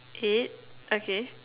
eight okay